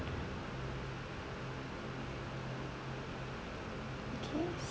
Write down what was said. okay